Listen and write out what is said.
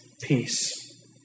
peace